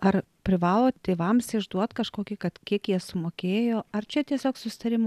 ar privalo tėvams išduot kažkokį kad kiek jie sumokėjo ar čia tiesiog susitarimų